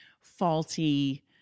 faulty